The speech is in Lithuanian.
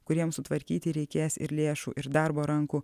kuriems sutvarkyti reikės ir lėšų ir darbo rankų